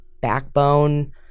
backbone